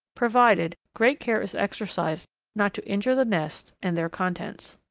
provided great care is exercised not to injure the nests and their contents.